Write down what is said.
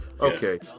Okay